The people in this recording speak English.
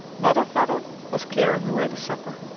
mother vedder was clearing away the supper.